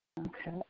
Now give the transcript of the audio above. Okay